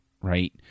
right